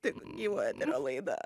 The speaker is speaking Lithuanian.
tai jau eterio laida